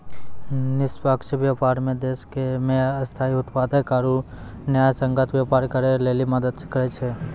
निष्पक्ष व्यापार मे देश मे स्थायी उत्पादक आरू न्यायसंगत व्यापार करै लेली मदद करै छै